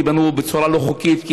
כי בנו בצורה לא חוקית,